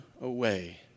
away